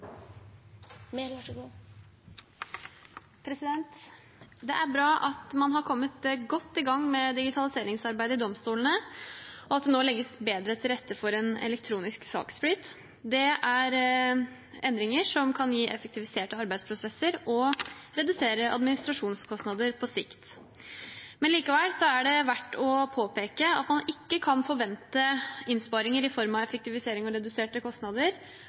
bra at man har kommet godt i gang med digitaliseringsarbeidet i domstolene, og at det nå legges bedre til rette for en elektronisk saksflyt. Det er endringer som kan gi effektiviserte arbeidsprosesser og redusere administrasjonskostnadene på sikt. Likevel er det verdt å påpeke at man ikke kan forvente innsparinger i form av effektivisering og reduserte kostnader